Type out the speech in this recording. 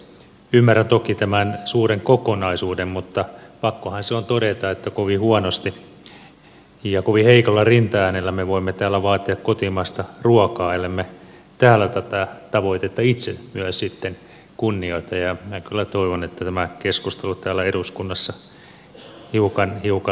ymmärrän toki tämän suuren kokonaisuuden mutta pakkohan se on todeta että kovin huonosti ja kovin heikolla rintaäänellä me voimme täällä vaatia kotimaista ruokaa ellemme täällä tätä tavoitetta myös itse sitten kunnioita ja minä kyllä toivon että tämä keskustelu täällä eduskunnassa hiukan lisääntyy